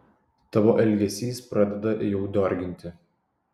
tavo elgesys pradeda jau diorginti